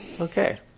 Okay